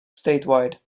statewide